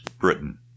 Britain